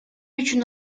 үчүн